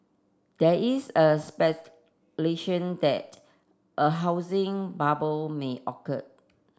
there is a speculation that a housing bubble may occur